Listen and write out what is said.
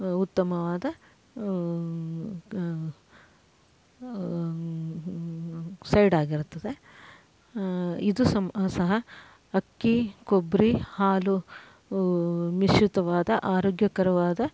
ಉತ್ತಮವಾದ ಸೈಡ್ ಆಗಿರುತ್ತದೆ ಇದು ಸಮ್ ಸಹ ಅಕ್ಕಿ ಕೊಬ್ಬರಿ ಹಾಲು ಮಿಶ್ರಿತವಾದ ಆರೋಗ್ಯಕರವಾದ